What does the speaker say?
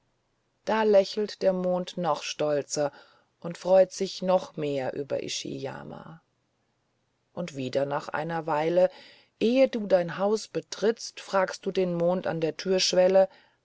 da lächelt der mond noch stolzer und freut sich noch mehr über ishiyama und wieder nach einer weile ehe du in dein haus trittst fragst du den mond an der türschwelle